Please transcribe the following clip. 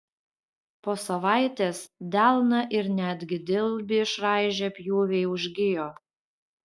po savaitės delną ir netgi dilbį išraižę pjūviai užgijo